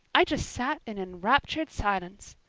i just sat in enraptured silence.